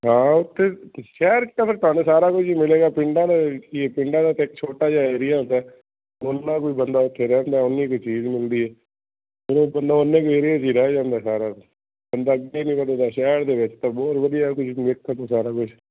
ਹਾਂ ਉੱਥੇ ਸ਼ਹਿਰ 'ਚ ਤਾਂ ਫਿਰ ਤੁਹਾਨੂੰ ਸਾਰਾ ਕੁਝ ਹੀ ਮਿਲੇਗਾ ਪਿੰਡਾਂ ਦੇ ਕੀ ਹੈ ਪਿੰਡਾਂ ਦਾ ਤਾਂ ਛੋਟਾ ਜਿਹਾ ਇੱਕ ਏਰੀਆ ਹੁੰਦਾ ਬੋਲਣਾ ਕੋਈ ਬੰਦਾ ਉੱਥੇ ਰਹਿੰਦਾ ਓਨੀ ਕੁ ਚੀਜ਼ ਮਿਲਦੀ ਮਤਲਬ ਬੰਦਾ ਉਨੇ ਕੁ ਏਰੀਏ 'ਚ ਰਹਿ ਜਾਂਦਾ ਸਾਰਾ ਕੁਝ ਬੰਦਾ ਸ਼ਹਿਰ ਦੇ ਵਿੱਚ ਤਾਂ ਬਹੁਤ ਵਧੀਆ ਇਹ ਕੁਝ ਸਾਰਾ ਕੁਛ